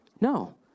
No